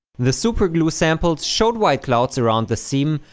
the superglue samples showed white clouds around the seam,